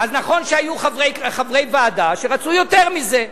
אז נכון שהיו חברי ועדה שרצו יותר מזה.